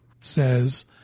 says